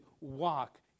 walk